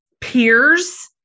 peers